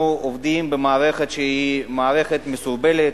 אנחנו עובדים במערכת שהיא מערכת מסורבלת,